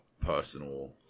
personal